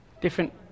Different